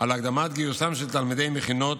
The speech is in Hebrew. על הקדמת גיוסם של תלמידי מכינות,